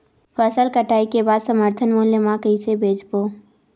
फसल कटाई के बाद समर्थन मूल्य मा कइसे बेचबो?